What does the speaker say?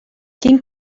quin